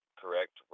correct